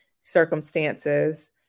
circumstances